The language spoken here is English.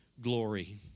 glory